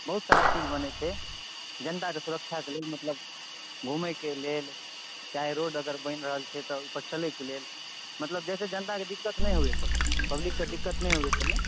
बहुत सारा चीज बनैत छै जनता कऽ सुरक्षा कऽ लेल मतलब घुमैके लेल चाहे रोड अगर बनि रहल छै तऽ ओहिपर चलै कऽ लेल मतलब जाहि से जनताके दिक्कत नहि होय कोनो पब्लिक कऽ दिक्कत नहि होय कोनो